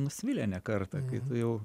nusvilę ne kartą kai tu jau